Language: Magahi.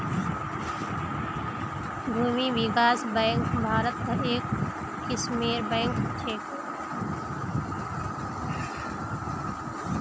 भूमि विकास बैंक भारत्त एक किस्मेर बैंक छेक